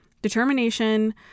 determination